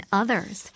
others